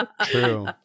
true